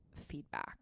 feedback